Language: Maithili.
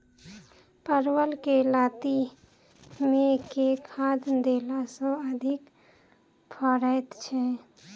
परवल केँ लाती मे केँ खाद्य देला सँ अधिक फरैत छै?